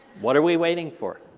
what are we waiting for?